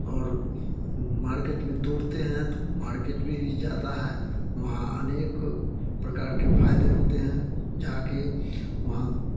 और मार्केट में तोड़ते हैं तो मार्केट में भी जाता है वहाँ अनेक प्रकार के फायदे होते हैं जहाँ के वहाँ